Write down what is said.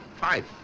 Five